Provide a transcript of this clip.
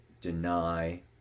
deny